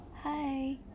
Hi